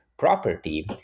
property